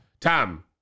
Tom